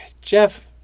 Jeff